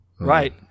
right